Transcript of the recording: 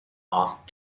off